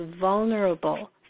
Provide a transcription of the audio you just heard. vulnerable